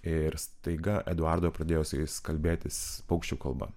ir staiga eduardo pradėjo su jais kalbėtis paukščių kalba